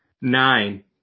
Nine